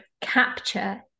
capture